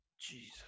Jesus